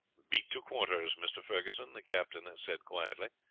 beat to quarters, mr. ferguson, the captain said quietly,